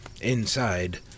Inside